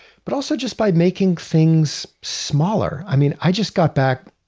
but also just by making things smaller. i mean i just got back.